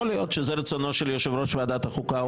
יכול להיות שזה רצונו של יושב-ראש ועדת החוקה.